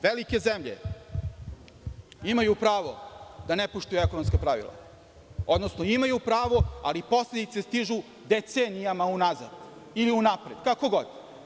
Velike zemlje imaju pravo da ne poštuju ekonomska pravila, odnosno imaju pravo, ali posledice stižu decenijama unazad ili unapred, kako god.